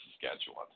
Saskatchewan